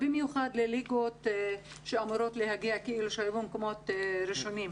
במיוחד מדובר על ליגות שהיו במקומות ראשונים.